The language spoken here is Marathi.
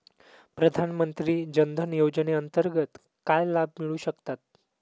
प्रधानमंत्री जनधन योजनेअंतर्गत काय लाभ मिळू शकतात?